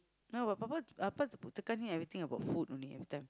now but papa Appa tekan him everything about food only everytime